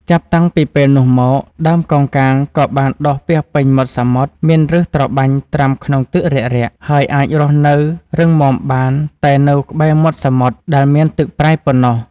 ចាប់តាំងពីពេលនោះមក ដើមកោងកាងក៏បានដុះពាសពេញមាត់សមុទ្រ មានប្ញសត្របាញ់ត្រាំក្នុងទឹករាក់ៗ ហើយអាចរស់នៅរឹងមាំបានតែនៅក្បែរមាត់សមុទ្រដែលមានទឹកប្រៃប៉ុណ្ណោះ។